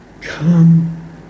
come